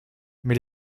mais